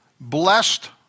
blessed